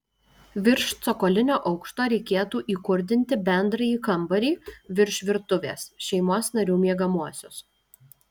virš cokolinio aukšto reikėtų įkurdinti bendrąjį kambarį virš virtuvės šeimos narių miegamuosius